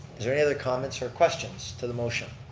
is there any other comments or questions to the motion?